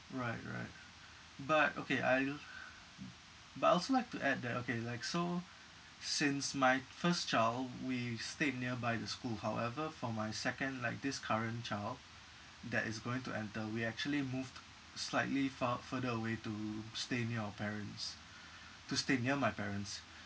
right right but okay I'll but I also like to add that okay like so since my first child we stayed nearby the school however for my second like this current child that is going to enter we actually moved slightly far further away to stay near our parents to stay near my parents